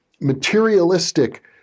materialistic